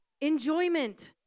enjoyment